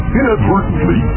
inadvertently